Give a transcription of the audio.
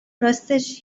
راستش